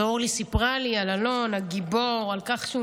אורלי סיפרה לי על אלון הגיבור, על כך שהוא